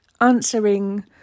answering